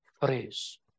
phrase